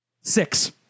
six